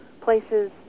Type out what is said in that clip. places